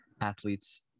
athletes